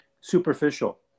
superficial